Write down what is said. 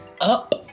up